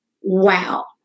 wow